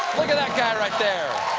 look at that guy right there,